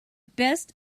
best